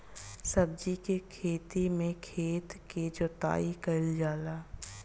सब्जी के खेती में खेत के जोताई कईल जाला